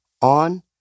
on